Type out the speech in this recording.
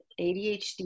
ADHD